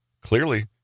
Clearly